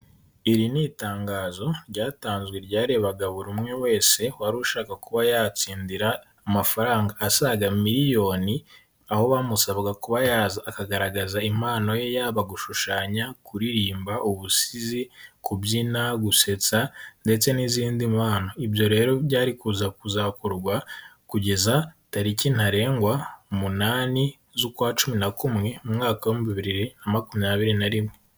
Iri ni itangazo ryatanzwe ryarebaga buri umwe wese wari ushaka kuba yatsindira amafaranga asaga miliyoni, aho bamusabaga kuba yaza akagaragaza impano ye, yaba gushushanya, kuririmba, ubusizi, kubyina, gusetsa ndetse n'izindi mpano. Ibyo rero byari kuza kuzakorwa kugeza tariki ntarengwa umunani z'ukwa cumi na kumwe, mu mwaka w'ibihumbi bibiri na makumyabiri na rimwe.